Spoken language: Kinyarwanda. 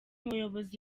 muyobozi